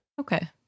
Okay